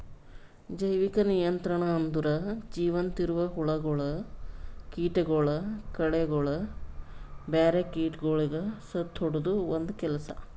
ಜೈವಿಕ ನಿಯಂತ್ರಣ ಅಂದುರ್ ಜೀವಂತ ಇರವು ಹುಳಗೊಳ್, ಕೀಟಗೊಳ್, ಕಳೆಗೊಳ್, ಬ್ಯಾರೆ ಕೀಟಗೊಳಿಗ್ ಸತ್ತುಹೊಡೆದು ಒಂದ್ ಕೆಲಸ